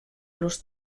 los